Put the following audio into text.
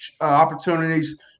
opportunities